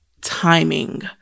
timing